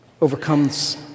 overcomes